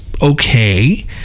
okay